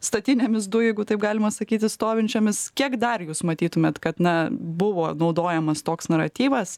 statinėmis dujų jeigu taip galima sakyti stovinčiomis kiek dar jūs matytumėt kad na buvo naudojamas toks naratyvas